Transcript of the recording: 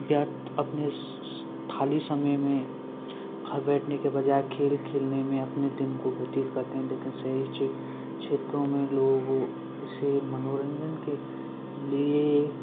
या अपने ख़ाली समय में घर बैठने के बजाय खेल खेलने में अपने दिन को व्यतीत करते हैं लेकिन शहरी क्षेत्र क्षेत्रों में लोग ओ उसे मनोरंजन के लिए